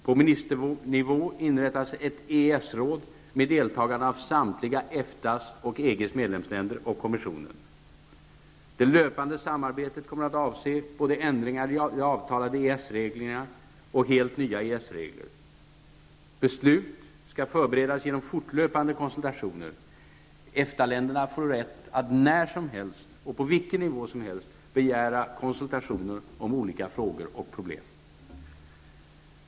På ministernivå inrättas ett EES-råd med deltagande av samtliga EFTAs och EGs medlemsländer samt EG-kommissionen. -- Det löpande arbetet kommer att avse både ändringar i de avtalade EES-reglerna och helt nya -- Beslut skall förberedas genom fortlöpande konsultationer. EFTA-länderna får rätt att när som helst och på vilken nivå som helst begära konsultationer om olika frågor och problem.